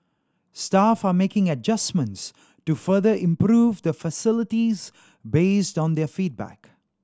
staff are making adjustments to further improve the facilities based on their feedback